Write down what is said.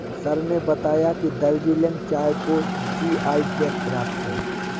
sir ने बताया कि दार्जिलिंग चाय को जी.आई टैग प्राप्त है